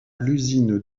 l’usine